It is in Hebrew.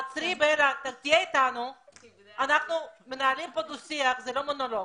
אנחנו מנהלים פה דו-שיח, זה לא מונולוג.